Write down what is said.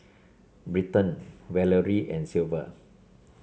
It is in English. Britton Valery and Sylvia